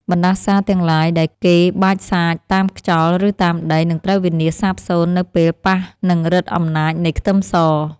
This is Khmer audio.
បណ្តាសាទាំងឡាយដែលគេបាចសាចតាមខ្យល់ឬតាមដីនឹងត្រូវវិនាសសាបសូន្យនៅពេលប៉ះនឹងឫទ្ធិអំណាចនៃខ្ទឹមស។